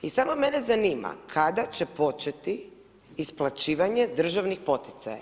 I samo mene zanima kada će početi isplaćivanje državnih poticaja?